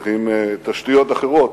צריך תשתיות אחרות,